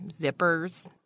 zippers